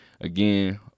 again